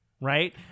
right